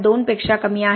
2 पेक्षा कमी आहे